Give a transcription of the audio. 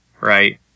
Right